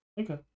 Okay